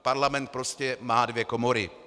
Parlament prostě má dvě komory.